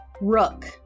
Rook